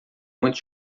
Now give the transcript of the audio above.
muito